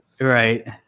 Right